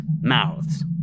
mouths